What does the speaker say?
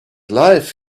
life